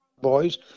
boys